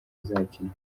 izakinwa